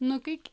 نوٚکٕکۍ